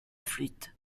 flûte